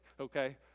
okay